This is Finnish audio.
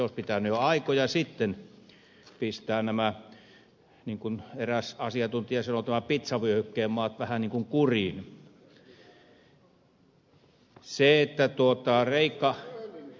olisi pitänyt jo aikoja sitten pistää nämä niin kuin eräs asiantuntija sanoi tämän pitsavyöhykkeen maat vähän niin kuin kuriin